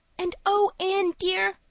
and oh, anne dear,